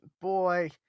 boy